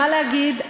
מה להגיד,